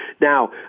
Now